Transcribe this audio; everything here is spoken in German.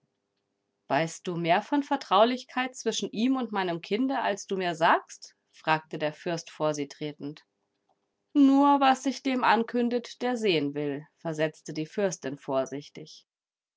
weißt du mehr von vertraulichkeit zwischen ihm und meinem kinde als du mir sagst fragte der fürst vor sie tretend nur was sich dem ankündet der sehen will versetzte die fürstin vorsichtig